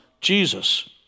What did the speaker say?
Jesus